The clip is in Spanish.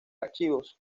archivos